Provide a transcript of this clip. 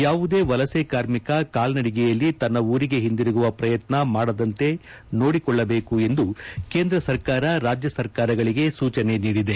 ಯಾವುದೇ ವಲಸೆ ಕಾರ್ಮಿಕ ಕಾಲ್ನಡಿಗೆಯಲ್ಲಿ ತನ್ನ ಊರಿಗೆ ಹಿಂದಿರುಗುವ ಪ್ರಯತ್ನ ಮಾಡದಂತೆ ನೋಡಿಕೊಳ್ಳಬೇಕು ಎಂದು ಕೇಂದ್ರ ಸರ್ಕಾರ ರಾಜ್ಯ ಸರ್ಕಾರಗಳಿಗೆ ಸೂಚನೆ ನೀಡಿದೆ